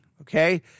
okay